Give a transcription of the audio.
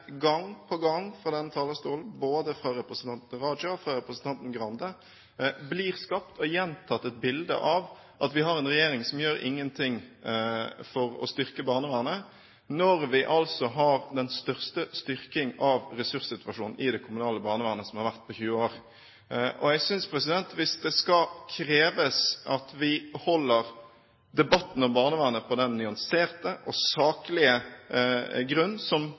gang på gang fra denne talerstolen, fra både representanten Raja og representanten Skei Grande, blir skapt og gjentatt et bilde av at vi har en regjering som ikke gjør noe for å styrke barnevernet – når vi altså har den største styrkingen av ressurssituasjonen i det kommunale barnevernet på 20 år. Jeg synes, hvis det skal kreves at vi holder debatten om barnevernet på den nyanserte og saklige grunn som